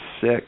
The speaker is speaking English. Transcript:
sick